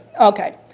Okay